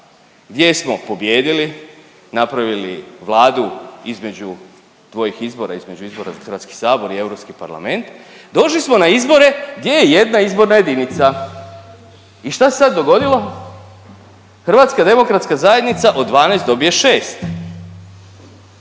gdje smo pobijedili, napravili Vladu između dvojih izbora, između izbora za HS i Europski parlament došli smo na izbore gdje je jedna izborna jedinica. I šta se sad dogodilo? Hrvatska demokratska zajednica od 12 dobije 6